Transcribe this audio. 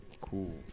Cool